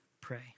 pray